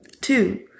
Two